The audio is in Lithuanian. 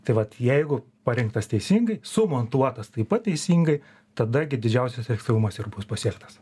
tai vat jeigu parinktas teisingai sumontuotas taip pat teisingai tada gi didžiausias efektyvumas ir bus pasiektas